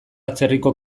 atzerriko